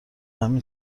همین